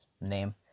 Name